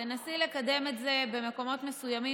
תנסי לקדם את זה במקומות מסוימים.